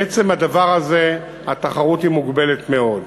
מעצם הדבר הזה התחרות היא מוגבלת מאוד.